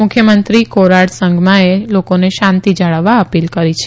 મુખ્યમંત્રી કોરાડ સંગમાએ લોકોને શાંતી જાળવવા અપીલ કરી છે